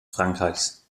frankreichs